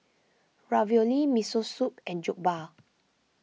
Ravioli Miso Soup and Jokbal